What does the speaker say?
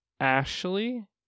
Ashley